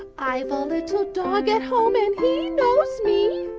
i've a little dog at home, and he knows me